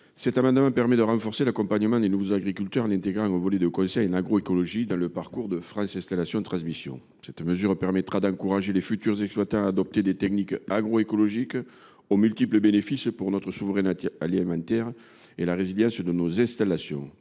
Cet amendement tend à renforcer l’accompagnement des nouveaux agriculteurs en intégrant un volet de conseil en agroécologie dans le parcours de France installations transmissions. Cette mesure permettra d’encourager les futurs exploitants à adopter des techniques agroécologiques, dont les bénéfices sont multiples pour notre souveraineté alimentaire et la résilience de nos installations.